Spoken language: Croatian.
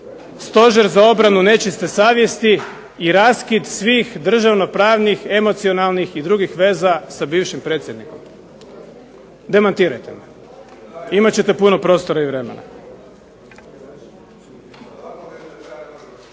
stožer za obranu nečiste savjesti i raskid svih državno pravnih emocionalnih i drugih veza sa bivšim predsjednikom. Demantirajte me, imat ćete puno prostora i vremena.